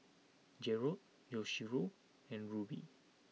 Jerrod Yoshio and Ruby